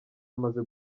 amaze